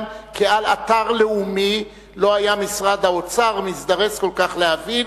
כעל אתר לאומי לא היה משרד האוצר מזדרז כל כך להבין